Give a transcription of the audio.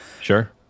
Sure